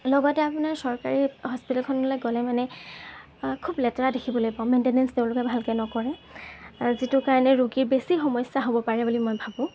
লগতে আপোনাৰ চৰকাৰী হস্পিতালখনলৈ গ'লে মানে খুব লেতেৰা দেখিবলৈ পাওঁ মেইনটে'নেঞ্চ তেওঁলোকে ভালদৰে নকৰে যিটোৰ কাৰণে ৰোগীৰ বেছি সমস্যা হ'ব পাৰে বুলি মই ভাবোঁ